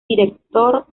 director